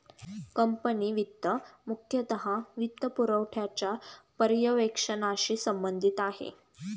company वित्त मुख्यतः वित्तपुरवठ्याच्या पर्यवेक्षणाशी संबंधित आहे